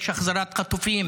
יש החזרת חטופים,